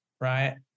Right